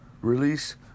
release